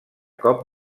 cop